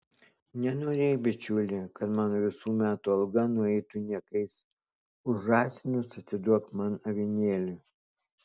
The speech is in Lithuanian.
nenorėk bičiuli kad mano visų metų alga nueitų niekais už žąsinus atiduok man avinėlį